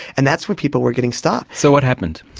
and that's when people were getting stuck. so what happened?